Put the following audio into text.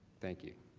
thank you.